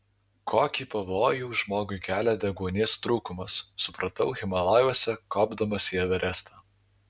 kokį pavojų žmogui kelia deguonies trūkumas supratau himalajuose kopdamas į everestą